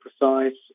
precise